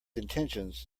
intentions